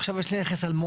עכשיו יש לי נכס אלמוני,